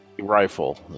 Rifle